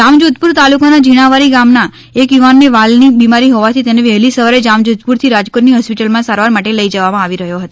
જામજોધપુર તાલુકાના ઝીણાવારી ગામના એક યુવાનને વાલ ની બીમારી હોવાથી તેને વહેલી સવારે જામજોધપુર થી રાજકોટની હોસ્પિટલમાં સારવાર માટે લઇ જવામાં આવી રહ્યો હતો